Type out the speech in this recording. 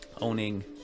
owning